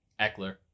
Eckler